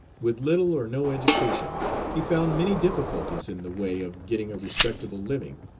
with little or no education, he found many difficulties in the way of getting a respectable living.